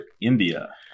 India